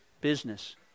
business